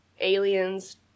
aliens